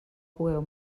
cogueu